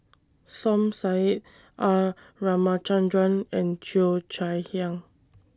Som Said R Ramachandran and Cheo Chai Hiang